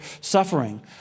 suffering